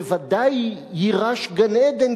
בוודאי יירש גן-עדן,